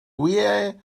wyau